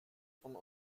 von